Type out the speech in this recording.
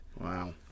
Wow